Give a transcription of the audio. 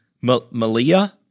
Malia